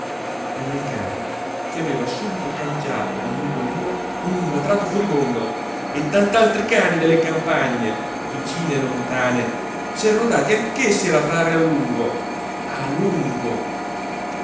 era il cane che aveva subito cangiato il mugolìo in un latrato furibondo e tant'altri cani delle campagne vicine e lontane s'erano dati anch'essi a latrare a lungo a lungo